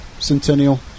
Centennial